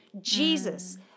Jesus